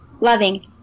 Loving